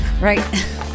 Right